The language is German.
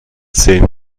sehen